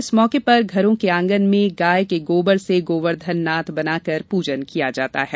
इस मौके पर घरों के आंगन में गाय के गोबर से गोवर्धन नाथ बनाकर प्रजन किया जाता है